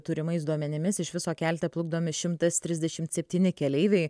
turimais duomenimis iš viso kelte plukdomi šimtas trisdešimt septyni keleiviai